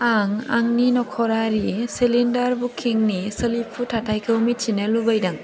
आं आंनि नखरारि सिलिन्दार बुकिंनि सोलिफु थाथायखौ मिथिनो लुबैदों